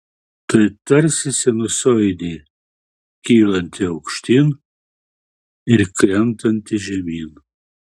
tai tarsi sinusoidė kylanti aukštyn ir krentanti žemyn